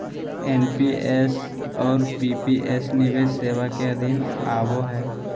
NPS और PPS निवेश सेवा के अधीन आवो हय